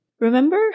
Remember